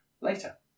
later